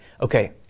okay